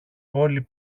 όλοι